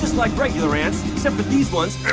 like regular ants, except that these ones